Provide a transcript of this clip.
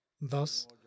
Thus